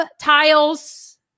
tiles